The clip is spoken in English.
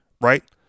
Right